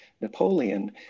Napoleon